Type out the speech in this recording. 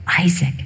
Isaac